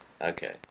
Okay